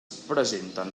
presenten